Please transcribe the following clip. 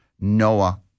Noah